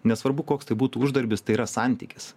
nesvarbu koks tai būtų uždarbis tai yra santykis